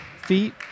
feet